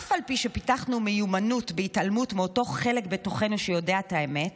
אף על פי שפיתחנו מיומנות בהתעלמות מאותו חלק בתוכנו שיודע את האמת,